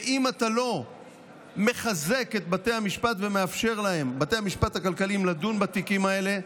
ואם אתה לא מחזק את בתי המשפט הכלכליים ומאפשר להם לדון בתיקים האלה,